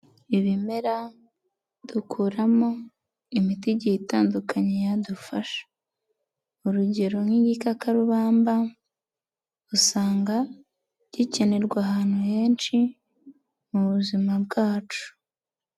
Ibimera dukoramo imiti igiye itandukanye yadufasha, urugero nk'igikakarubamba usanga gikenerwa ahantu henshi mu buzima bwacu.